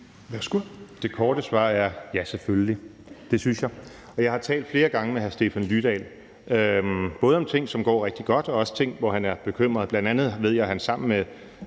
(DF): Det korte svar er: Ja, selvfølgelig, det synes jeg. Og jeg har talt flere gange med hr. Stefan Lydal, både om ting, som går rigtig godt, og også ting, hvor han er bekymret. Bl.a. ved jeg, at han sammen med